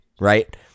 right